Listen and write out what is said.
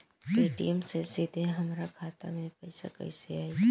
Paytm से सीधे हमरा खाता मे पईसा कइसे आई?